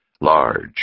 large